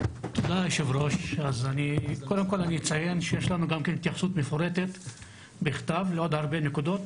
אני אציין שיש לנו התייחסות מפורטת בכתב לעוד הרבה נקודות.